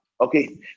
Okay